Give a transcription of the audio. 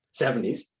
70s